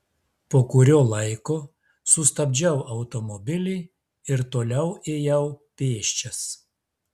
po kurio laiko sustabdžiau automobilį ir toliau ėjau pėsčias